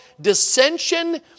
dissension